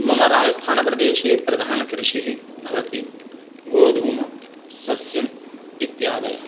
मम राजस्थानप्रदेशे प्रधानकृषिः भवति गोधूम सस्यम् इत्यादयः